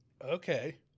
okay